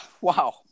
Wow